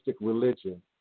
religion